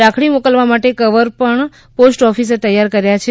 રાખડી મોકલવા માટે કવર પણ પોસ્ટ ઓફીસે તૈયાર કર્યા છે